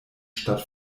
stadt